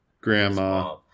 grandma